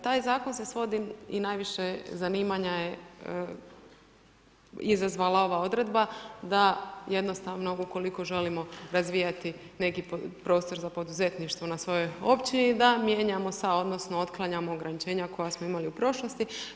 Taj zakon se svodi i najviše zanimanja je izazvala ova odredba da jednostavno ukoliko želimo razvijati neki prostor za poduzetništvo na svojoj općini da mijenjamo odnosno otklanjamo ograničenja koja smo imali u prošlosti.